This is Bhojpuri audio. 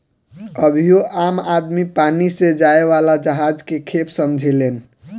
अबहियो आम आदमी पानी से जाए वाला जहाज के खेप समझेलेन